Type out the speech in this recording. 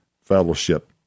fellowship